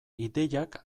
ideiak